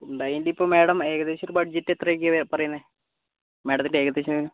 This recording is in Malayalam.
ഹ്യുണ്ടായിൻ്റെ ഇപ്പം മാഡം ഏകദേശം ഒരു ബഡ്ജറ്റ് എത്രയൊക്കെയാണ് പറയുന്നത് മാഡത്തിൻ്റെ ഏകദേശം